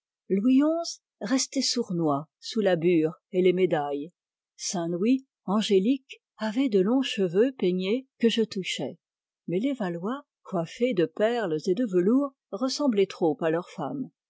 louis xi restait sournois sous la bure et les médailles saint louis angélique avait de longs cheveux peignés que je touchai mais les valois coiffés de perles et de velours ressemblaient trop à leurs femmes